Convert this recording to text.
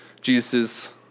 Jesus